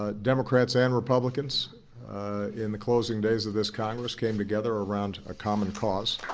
ah democrats and republicans in the closing days of this congress came together around a common cause.